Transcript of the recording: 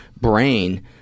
brain